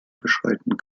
beschreiten